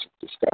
discuss